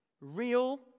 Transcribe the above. real